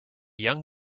young